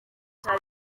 cya